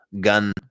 gun